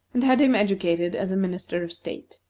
and had him educated as a minister of state.